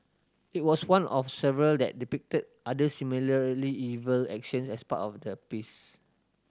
it was one of several that depicted other similarly evil actions as part of the piece